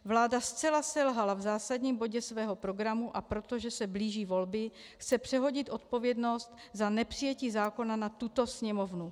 Vláda zcela selhala v zásadním bodě svého programu, a protože se blíží volby, chce přehodit odpovědnost za nepřijetí zákona na tuto Sněmovnu.